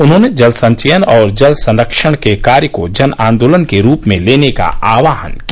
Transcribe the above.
उन्होंने जल संचयन और जल संरक्षण के कार्य को जन आन्दोलन के रूप में लेने को आहवान किया